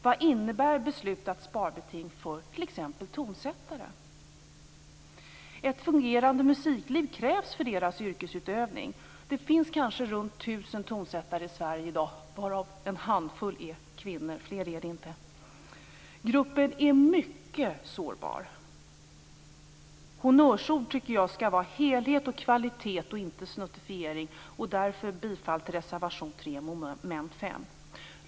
Vad innebär beslutat sparbeting för t.ex. tonsättare? Ett fungerande musikliv krävs för deras yrkesutövning. Det finns kanske runt 1 000 tonsättare i Sverige i dag, varav en handfull är kvinnor. Fler är det inte. Gruppen är mycket sårbar. Honnörsord tycker jag skall vara helhet och kvalitet, och inte snuttifiering. Jag yrkar därför bifall till reservation 3 under mom. 5.